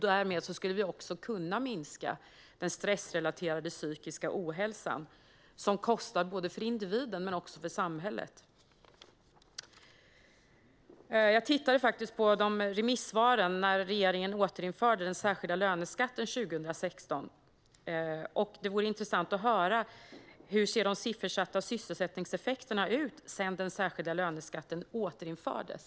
Därmed skulle vi också kunna minska den stressrelaterade psykiska ohälsan, som kostar för både individen och samhället. Jag har läst remissvaren som kom in när regeringen återinförde den särskilda löneskatten 2016. Det vore intressant att höra hur de siffersatta sysselsättningseffekterna ser ut sedan den särskilda löneskatten återinfördes.